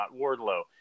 Wardlow